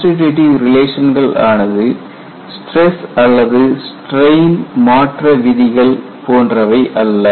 constitutive ரிலேஷன்கள் ஆனது stress அல்லது ஸ்டிரெயின் மாற்ற விதிகள் போன்றவை அல்ல